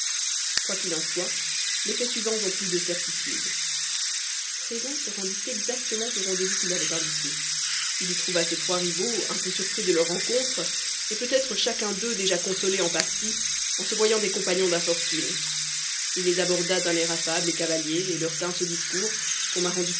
quoi qu'il en soit les faits suivants ont plus de certitude prévan se rendit exactement au rendez-vous qu'il avait indiqué il y trouva ses trois rivaux un peu surpris de leur rencontre peut-être chacun d'eux déjà consolé en partie en se voyant des compagnons d'infortune il les aborda d'un air affable cavalier leur tint ce discours qu'on m'a rendu